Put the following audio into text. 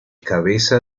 cabeza